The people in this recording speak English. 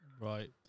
Right